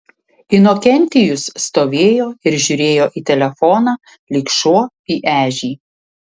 inokentijus stovėjo ir žiūrėjo į telefoną lyg šuo į ežį